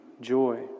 joy